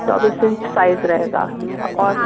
चौबीस inch size रहेगा और